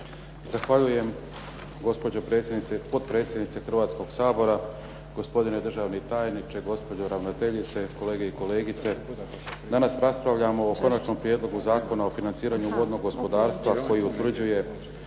Zahvaljujem gospođo potpredsjednice Hrvatskoga sabora, gospodine državni tajniče, gospođo ravnateljice, kolege i kolegice. Danas raspravljamo o konačnom prijedlogu zakona o financiranju vodnog gospodarstva koji utvrđuje